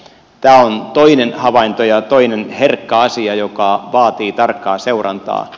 tämä on toinen havainto ja toinen herkkä asia joka vaatii tarkkaa seurantaa